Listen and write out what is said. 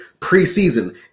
preseason